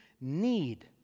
need